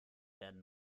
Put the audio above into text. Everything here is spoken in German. werden